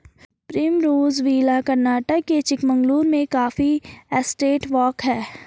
Primrose Villa Karnataka के चिकमगलूर में coffee estate walk हैं